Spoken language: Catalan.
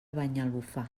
banyalbufar